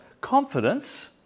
confidence